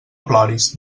ploris